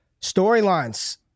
Storylines